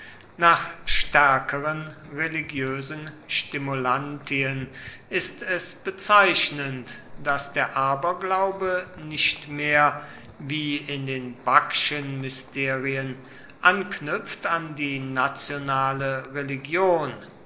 nach stärkeren religiösen stimulantien ist es bezeichnend daß der aberglaube nicht mehr wie in den bakchenmysterien anknüpft an die nationale religion